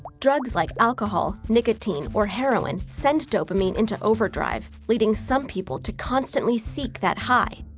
drugs like alcohol, nicotine, or heroin send dopamine into overdrive, leading some people to constantly seek that high,